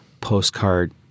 postcard